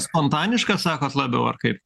spontaniškas sakot labiau ar kaip